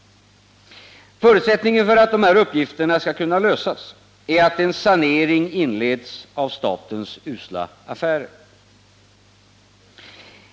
Förutsättningen för att dessa uppgifter skall kunna lösas är att en sanering inleds av statens usla affärer.